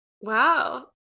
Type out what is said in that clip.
wow